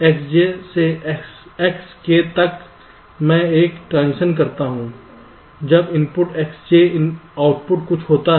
Xj से Xk तक मैं एक ट्रांजिशन करता हूं जब इनपुट Xj आउटपुट कुछ होता है